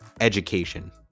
education